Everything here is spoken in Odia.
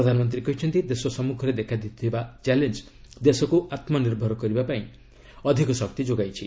ପ୍ରଧାନମନ୍ତ୍ରୀ କହିଛନ୍ତି ଦେଶ ସମ୍ମୁଖରେ ଦେଖାଦେଇଥିବା ଚ୍ୟାଲେଞ୍ଜ ଦେଶକୁ ଆତ୍ମନିର୍ଭର କରିବା ପାଇଁ ଅଧିକ ଶକ୍ତି ଯୋଗାଇଛି